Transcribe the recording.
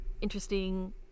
interesting